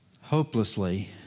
hopelessly